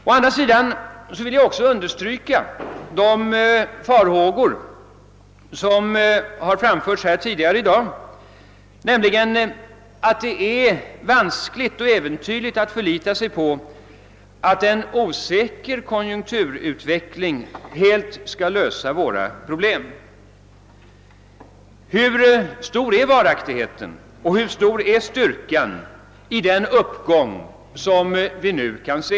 Å andra sidan vill jag också understryka de varningar, som har framförts tidigare här i dag, för det vanskliga och äventyrliga i att förlita sig på att en osäker konjunkturutveckling helt skall lösa våra problem. Hur stor är varaktigheten och styrkan i den uppgång som vi nu kan se?